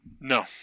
No